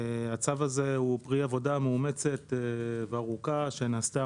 הצו הזה הוא פרי עבודה מאומצת וארוכה שנעשתה